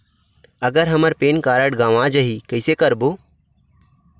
अगर हमर pan card गवां जाही कइसे करबो?